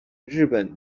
日本